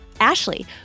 Ashley